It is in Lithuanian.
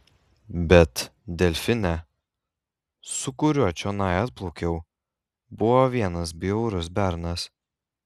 bet delfine su kuriuo čionai atplaukiau buvo vienas bjaurus bernas